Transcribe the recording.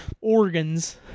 organs